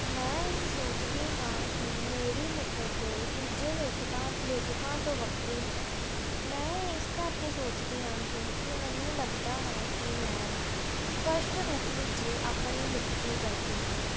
ਮੈਂ ਇਹ ਸੋਚਦੀ ਹਾਂ ਕਿ ਮੇਰੀ ਲਿਖਤ ਦੂਜੇ ਲੇਖਤਾਂ ਲੇਖਕਾਂ ਤੋਂ ਵੱਖਰੀ ਹੈ ਮੈਂ ਇਸ ਕਰਕੇ ਸੋਚਦੀ ਹਾਂ ਕਿਉਂਕਿ ਮੈਨੂੰ ਲੱਗਦਾ ਹੈ ਕਿ ਮੈਂ ਸਪੱਸ਼ਟ ਰੂਪ ਵਿੱਚ ਆਪਣੀ ਲਿਖਤੀ ਕਰਦੀ ਹਾਂ